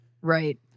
Right